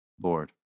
Lord